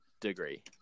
degree